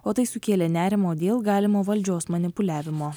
o tai sukėlė nerimo dėl galimo valdžios manipuliavimo